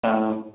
ꯑꯪ